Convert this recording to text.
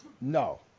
No